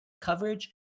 coverage